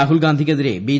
രാഹുൽഗാന്ധിക്കെതിരെ B